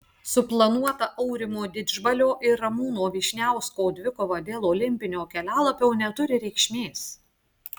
suplanuota aurimo didžbalio ir ramūno vyšniausko dvikova dėl olimpinio kelialapio neturi reikšmės